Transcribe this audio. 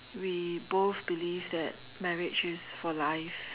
we both believe that marriage is for life